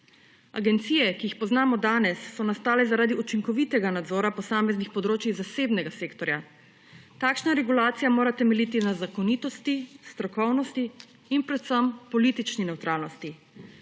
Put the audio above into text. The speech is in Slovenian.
Agencije, ki jih poznamo danes, so nastale zaradi učinkovitega nadzora posameznih področij zasebnega sektorja. Takšna regulacija mora temeljiti na zakonitosti, strokovnosti in predvsem politični nevtralnosti.